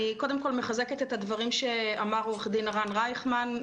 אני קודם כל מחזקת את הדברים שאמר עו"ד הרן רייכמן.